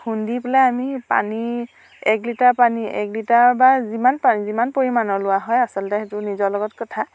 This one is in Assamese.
খুন্দি পেলাই আমি পানী এক লিটাৰ পানী এক লিটাৰ বা যিমান পানী যিমান পৰিমাণৰ লোৱা হয় আচলতে সেইটো নিজৰ লগত কথা